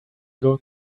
going